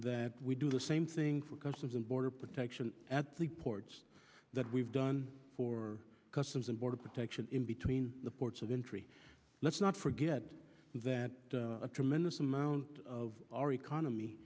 that we do the same thing for customs and border protection at the port that we've done for customs and border protection in between the ports of entry let's not forget that a tremendous amount of our economy